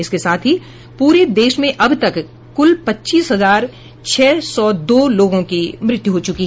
इसके साथ ही पूरे देश में अब तक कुल पच्चीस हजार छह सौ दो लोगों की मृत्यु हो चुकी है